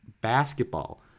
basketball